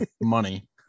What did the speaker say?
money